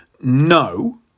No